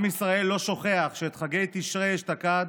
עם ישראל לא שוכח שאת חגי תשרי אשתקד